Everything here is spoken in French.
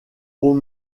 aux